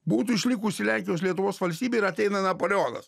būtų išlikusi lenkijos lietuvos valstybė ir ateina napoleonas